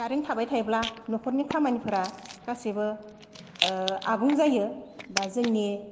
current थाबाय थायोब्ला न'खरनि खामानिफोरा गासैबो आबुं जायो बा जोंनि